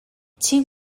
two